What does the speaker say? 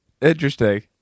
Interesting